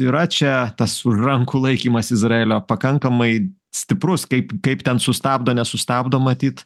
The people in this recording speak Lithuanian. yra čia tas už rankų laikymas izraelio pakankamai stiprus kaip kaip ten sustabdo nesustabdo matyt